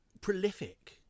prolific